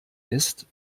ist